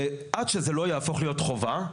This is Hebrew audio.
עד שזה לא יהפוך להיות חובה,